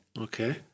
Okay